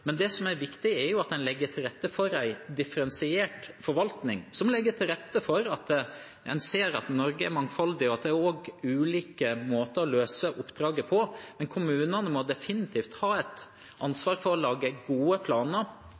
en differensiert forvaltning, som legger til rette for at en kan se at Norge er mangfoldig, og at det er ulike måter å løse oppdraget på. Men kommunene må definitivt ha et ansvar for å lage gode planer,